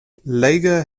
lager